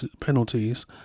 penalties